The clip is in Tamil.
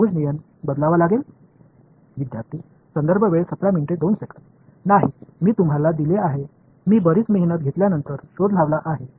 மாணவர் இல்லை நிறைய கடின உழைப்புக்குப் பிறகு நான் கண்டுபிடித்த குவாடுரேசரை நான் உங்களுக்கு வழங்கியுள்ளேன் அதை யை ஒருங்கிணைக்க பயன்படுத்துகிறேன்